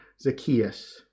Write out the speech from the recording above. Zacchaeus